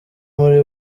muri